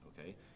Okay